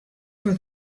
for